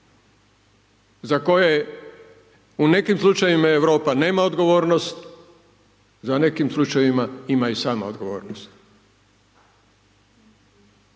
za koje u nekim slučajevima Europa nema odgovornost a u nekim slučajevima ima i sama odgovornost.